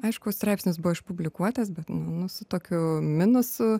aišku straipsnis buvo išpublikuotas bet nu su tokiu minusu